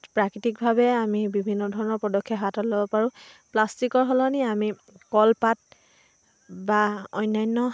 প্ৰাকৃতিকভাৱে আমি বিভিন্ন ধৰণৰ পদক্ষেপ হাতত ল'ব পাৰোঁ প্লাষ্টিকৰ সলনি আমি কলপাত বা অন্যান্য